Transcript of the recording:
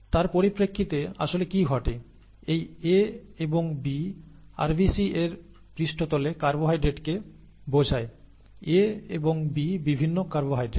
তার পরিপ্রেক্ষিতে আসলে কি ঘটে এই A এবং B RBC এর পৃষ্ঠতলে কার্বোহাইড্রেটকে বোঝায় A এবং B বিভিন্ন কার্বোহাইড্রেট